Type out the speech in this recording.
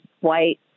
white